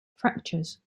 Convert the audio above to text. fractures